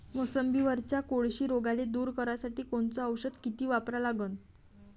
मोसंबीवरच्या कोळशी रोगाले दूर करासाठी कोनचं औषध किती वापरा लागन?